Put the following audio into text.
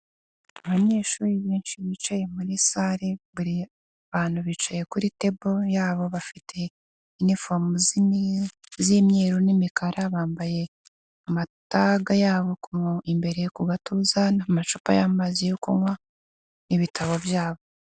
Abanyeshuri benshi bicaye muri sale, buri bantu bicaye kuri tabo yabo bafite inifomu z'imyeru n'imikara, bambaye amataga yabo imbere ku gatuza n'amacupa y'amazi yo kunywa n'ibitabo byabo.